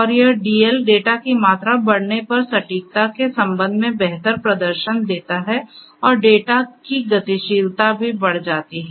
और यह DL data की मात्रा बढ़ने पर सटीकता के संबंध में बेहतर प्रदर्शन देता है और डेटा की गतिशीलता भी बढ़ जाती है